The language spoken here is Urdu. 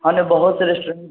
ہماں نے بہت سے ریسٹورینٹ